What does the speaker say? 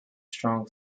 strong